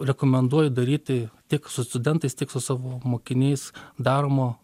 rekomenduoju daryti tiek su studentais tiek su savo mokiniais daromo